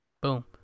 Boom